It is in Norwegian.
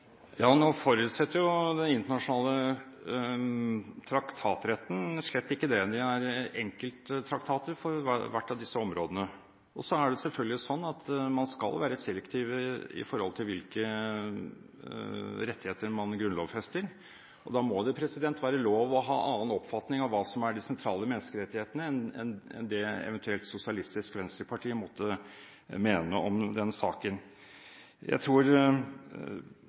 Ja, nå forutsetter jo den internasjonale traktatretten slett ikke det. Det er enkelttraktater for hvert av disse områdene. Så skal man selvfølgelig være selektiv med hensyn til hvilke rettigheter man grunnlovfester. Da må det være lov å ha en annen oppfatning av hva som er de sentrale menneskerettighetene, enn det eventuelt Sosialistisk Venstreparti måtte mene om den saken. Jeg tror